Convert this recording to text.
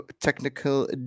technical